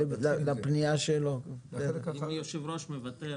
אני מנציבות שוויון זכויות לאנשים עם מוגבלות במשרד המשפטים.